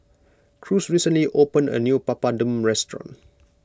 Cruz recently opened a new Papadum restaurant